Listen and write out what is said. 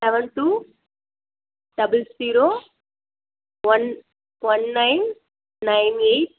seven two double zero one one nine nine eight